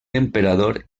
emperador